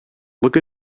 look